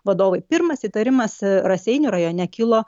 vadovai pirmas įtarimas raseinių rajone kilo